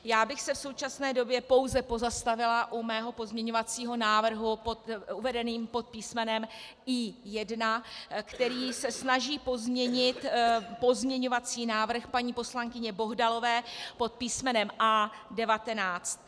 Já bych se v současné době pouze pozastavila u svého pozměňovacího návrhu uvedeného pod písmenem I1, který se snaží pozměnit pozměňovací návrh paní poslankyně Bohdalové pod písmenem A19.